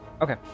Okay